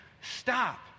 stop